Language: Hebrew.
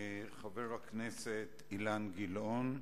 חבר הכנסת אילן גילאון,